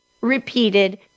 repeated